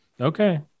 Okay